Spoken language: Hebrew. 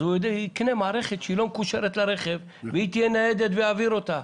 אז הוא יקנה מערכת שלא מקושרת לרכב והיא תהיה ניידת והוא יעביר אותה.